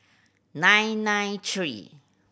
nine nine three